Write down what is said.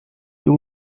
you